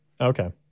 Okay